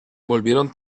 volvieron